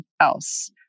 else